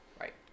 right